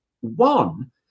One